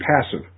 passive